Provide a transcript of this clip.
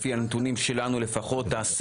לפי הנתונים שלנו לפחות.